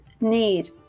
need